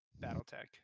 BattleTech